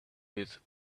with